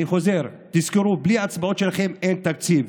אני חוזר: תזכרו, בלי האצבעות שלכם אין תקציב.